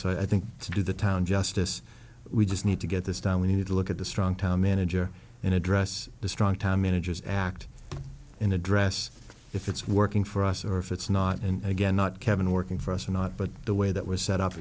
so i think to do the town justice we just need to get this done we need to look at the strong town manager and address the strong tie managers act in address if it's working for us or if it's not and again not kevin working for us or not but the way that was set up